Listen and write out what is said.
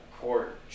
court